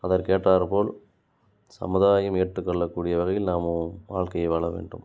அதற்கு ஏற்றாற் போல் சமுதாயம் ஏற்றுக்கொள்ளக்கூடிய வகையில் நாம வாழ்க்கையை வாழ வேண்டும்